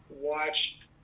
watched